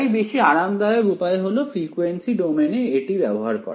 তাই বেশি আরামদায়ক উপায় হল ফ্রিকুয়েন্সি ডোমেইনে এটি ব্যবহার করা